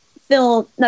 film